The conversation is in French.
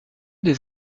des